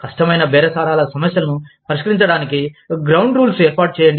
కష్టమైన బేరసారాల సమస్యలను పరిష్కరించడానికి గ్రౌండ్ రూల్స్ఏర్పాటు చేయండి